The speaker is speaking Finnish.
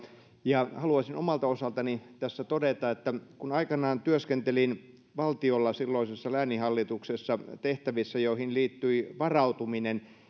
ja haluaisin omalta osaltani tässä todeta että kun aikanaan työskentelin valtiolla silloisessa lääninhallituksessa tehtävissä joihin liittyi varautuminen niin